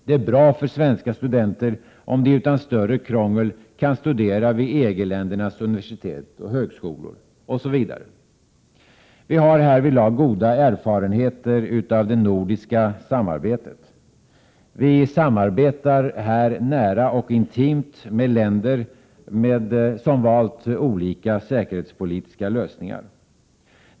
Det är bra för svenska studenter, Vi har härvidlag goda erfarenheter av det nordiska samarbetet. Vi samarbetar här nära och intimt med länder som valt olika säkerhetspolitiska lösningar.